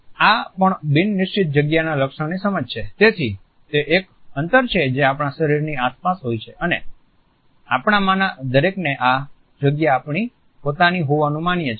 આ પણ બિન નિશ્ચિત જગ્યા ના લક્ષણની સમજ છે તેથી તે એક અંતર છે જે આપણા શરીરની આસપાસ હોય છે અને આપણામાંના દરેકને આ જગ્યા આપણી પોતાની હોવાનું માનીએ છીએ